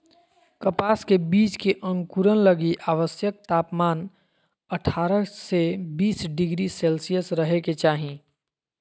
कपास के बीज के अंकुरण लगी आवश्यक तापमान अठारह से बीस डिग्री सेल्शियस रहे के चाही